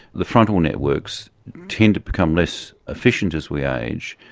the frontal networks tend to become less efficient as we age,